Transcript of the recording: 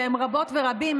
והן רבות ורבים,